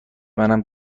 منم